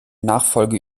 nachfolge